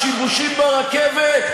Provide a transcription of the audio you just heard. השיבושים ברכבת?